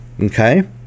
okay